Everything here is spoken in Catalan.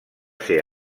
ser